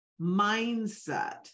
mindset